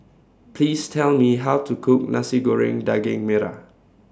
Please Tell Me How to Cook Nasi Goreng Daging Merah